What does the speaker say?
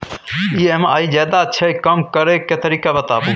EMI ज्यादा छै कम करै के तरीका बताबू?